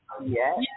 Yes